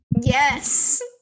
yes